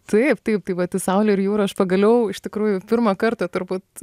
taip taip tai vat į saulė ir jūra aš pagaliau iš tikrųjų pirmą kartą turbūt